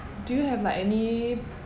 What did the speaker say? do you have like any